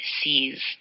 sees